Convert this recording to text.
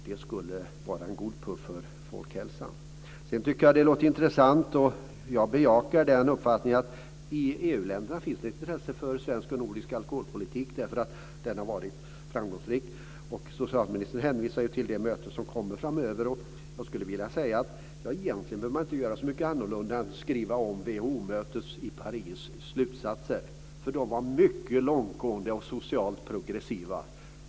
Det skulle vara en god puff för folkhälsan. Det låter intressant och jag bejakar den uppfattningen att det i EU-länderna finns ett intresse för svensk och nordisk alkoholpolitik, eftersom den har varit framgångsrik. Socialministern hänvisar till det möte som ska hållas framöver. Man behöver egentligen inte göra mycket mer än hålla sig till slutsatserna från WHO-mötet i Paris. De var mycket långtgående och socialt progressiva.